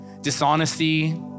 dishonesty